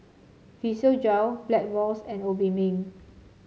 Physiogel Blackmores and Obimin